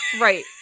Right